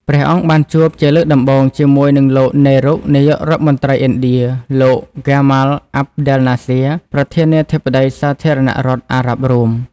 ព្រះអង្គបានជួបជាលើកដំបូងជាមួយនឹងលោក នេរុ នាយរដ្ឋមន្រ្តីឥណ្ឌា លោក ហ្គាម៉ាល់ អាប់ ដែល ណាស្ស៊ែរ ប្រធានាធិបតីសាធារណរដ្ឋអារ៉ាប់រួម។